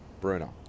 Bruno